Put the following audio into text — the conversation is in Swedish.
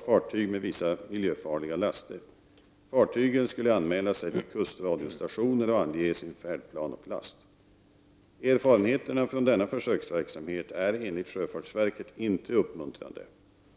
fartyg med vissa miljöfarliga laster. Fartygen skulle anmäla sig till kustradiostationer och ange sin färdplan och last. Erfarenheterna från denna försöksverksamhet är enligt sjöfartsverket inte uppmuntrande.